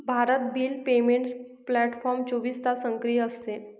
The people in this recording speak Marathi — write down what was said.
भारत बिल पेमेंट प्लॅटफॉर्म चोवीस तास सक्रिय असते